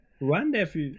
Wonderful